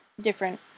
different